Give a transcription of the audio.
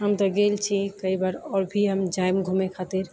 हम तऽ गेलछी कई बार आओर भी हम जाएब घुमए खातिर